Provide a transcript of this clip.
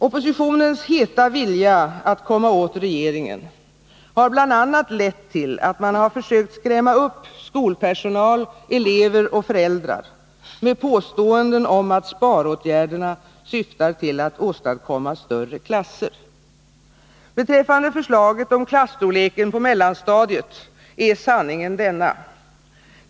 Oppositionens heta vilja att komma åt regeringen har bl.a. lett till att man har försökt skrämma upp skolpersonal, elever och föräldrar med påståenden om att sparåtgärderna syftar till att åstadkomma större klasser. Beträffande förslaget om klasstorleken på mellanstadiet är sanningen denna.